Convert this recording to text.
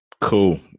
Cool